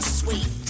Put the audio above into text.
sweet